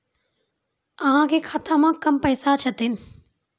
अहाँ के खाता मे कम पैसा छथिन?